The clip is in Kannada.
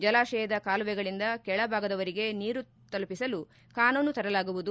ಜಲಾಶಯದ ಕಾಲುವೆಗಳಿಂದ ಕೆಳಭಾಗದವರಿಗೆ ನೀರು ತಲುಪಿಸಲು ಕಾನೂನು ತರಲಾಗುವುದು